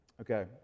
Okay